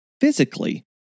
physically